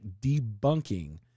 debunking